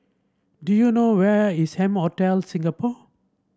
do you know where is M Hotel Singapore